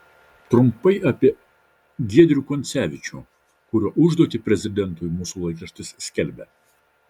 trumpai apie giedrių koncevičių kurio užduotį prezidentui mūsų laikraštis skelbia